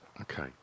Okay